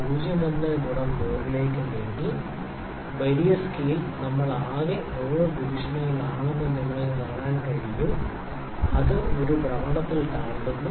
01 ഗുണം 100 ലേക്ക് നീക്കി വലിയ സ്കെയിലിൽ നമ്മൾ ആകെ 100 ഡിവിഷനുകളാണെന്ന് നിങ്ങൾക്ക് കാണാൻ കഴിയും അത് ഒരു ഭ്രമണത്തിൽ താണ്ടുന്നു